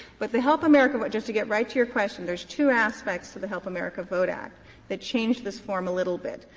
but the help america just to get right to your question there's two aspects to the help america vote act that change this form a little bit.